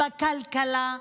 בכלכלה,